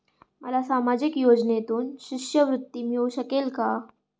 मला सामाजिक योजनेतून शिष्यवृत्ती मिळू शकेल का?